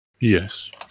Yes